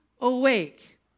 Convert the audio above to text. awake